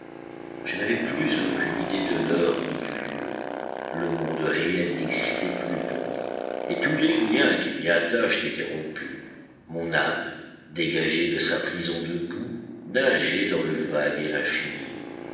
je n'avais plus aucune idée de l'heure ni du lieu le monde réel n'existait plus pour moi et tous les liens qui m'y attachent étaient rompus mon âme dégagée de sa prison de boue nageait dans le vague et l'infini